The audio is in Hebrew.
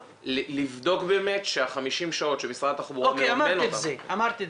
לבדוק באמת שה-50 שעות שמשרד התחבורה מממן אותן --- אמרתי את